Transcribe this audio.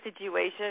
situation